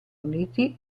uniti